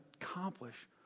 accomplish